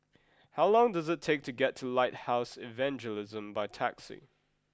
how long does it take to get to Lighthouse Evangelism by taxi